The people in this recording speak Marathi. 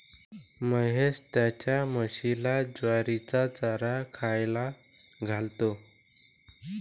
महेश त्याच्या म्हशीला ज्वारीचा चारा खायला घालतो